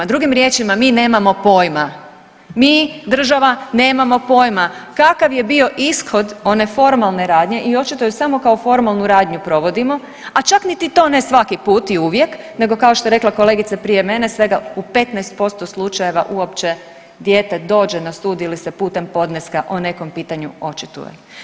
Drugim riječima, mi nemamo pojma, mi država nemamo pojma kakav je bio ishod one formalne radnje i očito je samo kao formalnu radnju provodimo, a čak niti to ne svaki put i uvijek nego kao što je rekla kolegica prije mene, svega u 15% slučajeva uopće dijete dođe na sud ili se putem podneska o nekom pitanju očituje.